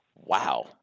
Wow